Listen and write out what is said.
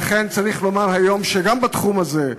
לכן צריך לומר היום שגם בתחום הזה,